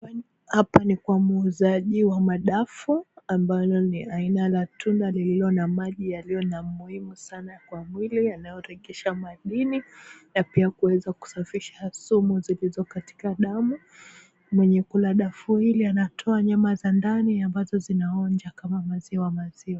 Hapa ni kwa muuzaji wa madafu, ambalo ni aina ya tunda lililo na maji, yaliyo ya muhimu sana kwa mwili. Yanayorejesha madini, na pia kuweza kusafisha sumu zilizo katika damu. Mwenye kula dafu hili, anatoa nyama za ndani ambazo zinaonja kama maziwa maziwa.